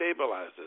stabilizes